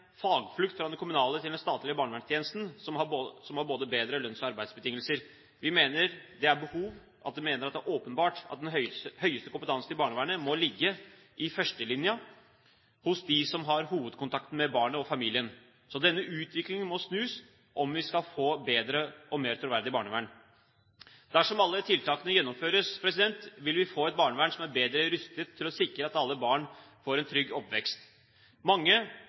fagflukt fra den kommunale til den statlige barnevernstjenesten, som har både bedre lønns- og arbeidsbetingelser. Vi mener det er åpenbart at den høyeste kompetansen i barnevernet må ligge i førstelinjen, hos dem som har hovedkontakten med barnet og familien. Så denne utviklingen må snus om vi skal få et bedre og mer troverdig barnevern. Dersom alle tiltakene gjennomføres, vil vi få et barnevern som er bedre rustet til å sikre at alle barn får en trygg oppvekst. Mange